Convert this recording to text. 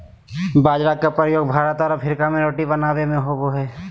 बाजरा के प्रयोग भारत और अफ्रीका में रोटी बनाबे में होबो हइ